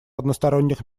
односторонних